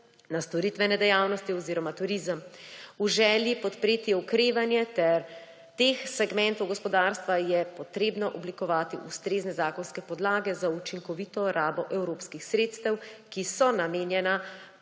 na storitvene dejavnosti oziroma turizem. V želji podpreti okrevanje teh segmentov gospodarstva je potrebno oblikovati ustrezne zakonske podlage za učinkovito rabo evropskih sredstev, ki so namenjena